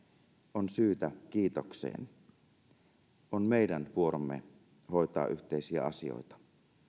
on syytä kiitokseen on meidän vuoromme hoitaa yhteisiä asioita